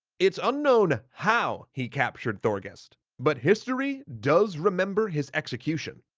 it's unknown how he captured thorgest but history does remember his execution.